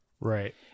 Right